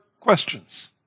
questions